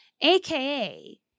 AKA